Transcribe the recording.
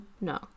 no